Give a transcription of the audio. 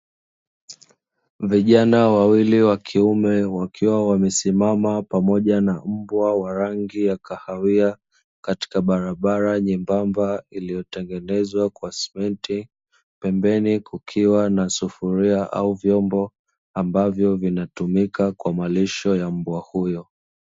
Vijana wawili wa kiume wakiwa wamesimama pamoja na mbwa wa rangi ya kahawia katika barabara nyembamba, iliyotengenezwa na simenti pembeni kukiwa na sufuria au vyombo ambavyo vinatumika kwa malisho ya mbwa huyo.